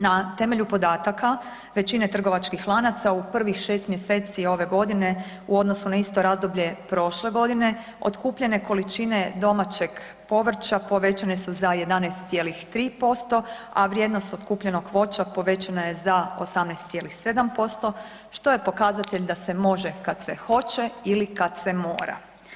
Na temelju podataka većine trgovačkih lanaca u prvih 6 mj. ove godine u odnosu na isto razdoblje prošle godine, otkupljene količine domaćeg povrća povećane su za 11,3% a vrijednost otkupljenog voća povećana je za 18,7% što je pokazatelj da se može kad se hoće ili kad se mora.